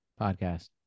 podcast